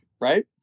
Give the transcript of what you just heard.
right